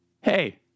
Hey